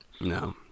No